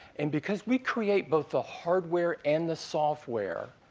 and because we create both the hardware and the software,